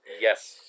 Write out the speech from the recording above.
Yes